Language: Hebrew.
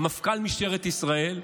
מפכ"ל משטרת ישראל,